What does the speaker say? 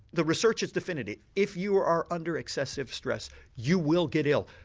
the research is definitive, if you are are under excessive stress you will get ill.